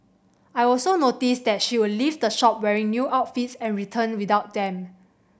I also noticed that she would leave the shop wearing new outfits and returned without them